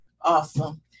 Awesome